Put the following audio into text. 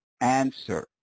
answer